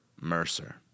Mercer